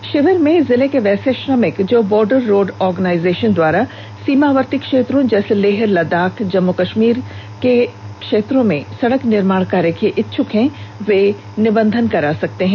इस शिविर में जिले के वैसे श्रमिक जो बॉर्डर रोड ऑर्गनाइजेशन द्वारा सीमावर्ती क्षेत्रों जैसे लेह लद्दाख जम्मू कश्मीर क्षेत्रों में सड़क निर्माण कार्य के लिए इच्छुक हैं वे निबंधन करा सकते हैं